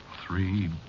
Three